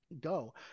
Go